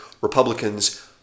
Republicans